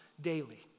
daily